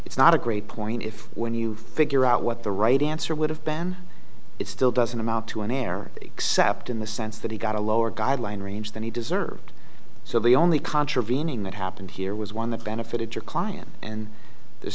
it's not a great point if when you figure out what the right answer would have been it still doesn't amount to an error except in the sense that he got a lower guideline range than he deserved so the only contravening that happened here was one that benefited your client and there's